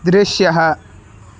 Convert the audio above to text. दृश्यः